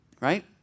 right